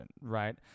right